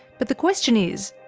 but the question is,